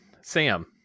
Sam